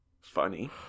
Funny